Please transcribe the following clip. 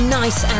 nice